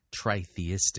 tritheistic